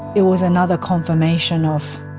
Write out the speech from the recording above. it was another confirmation of,